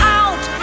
out